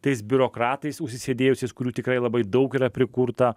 tais biurokratais užsisėdėjusius kurių tikrai labai daug yra prikurta